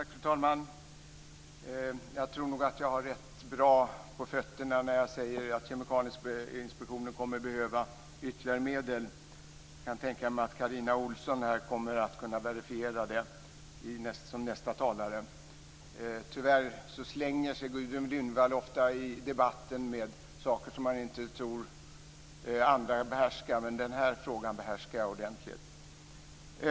Fru talman! Jag tror nog att jag har rätt bra på fötterna när jag säger att Kemikalieinspektionen kommer att behöva ytterligare medel. Jag kan tänka mig att Carina Ohlsson som nästa talare kommer att kunna verifiera det. Tyvärr svänger sig Gudrun Lindvall i debatten ofta med saker som hon tror att andra inte behärskar, men den här frågan behärskar jag ordentligt.